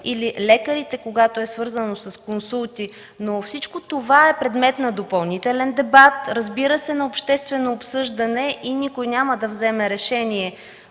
или лекарите, когато лечението е свързано с консулти. Всичко това е предмет на допълнителен дебат, разбира се, на обществено обсъждане и никой няма да вземе решение